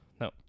No